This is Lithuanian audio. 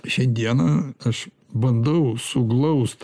šiandieną aš bandau suglaust